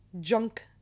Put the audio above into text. Junk